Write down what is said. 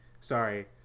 sorry